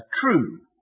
true